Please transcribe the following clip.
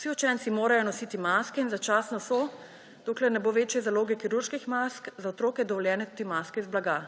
Vsi učenci morajo nositi maske in začasno so, dokler ne bo večje zaloge kirurških mask, za otroke dovoljene tudi maske iz blaga.